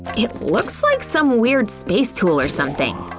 it looks like some weird space tool or something.